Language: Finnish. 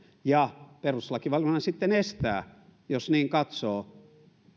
ja että perustuslakivaliokunta sitten estää jos niin katsoo